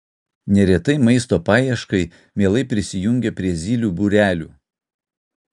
neretai maisto paieškai mielai prisijungia prie zylių būrelių